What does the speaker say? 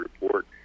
report